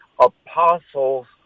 apostles